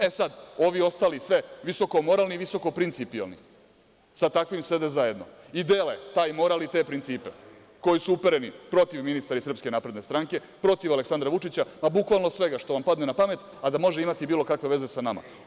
E sada, ovi ostali, visoko moralni i visoko principijelni, sa takvim sede zajedno i dele taj moral i te principe koji su upereni protiv ministra iz SNS, protiv Aleksandra Vučića, bukvalno svega što vam padne na pamet, a da može imati bilo kakve veze sa nama.